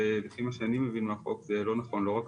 לפי מה שאני מבין מהחוק זה לא נכון כי לא רק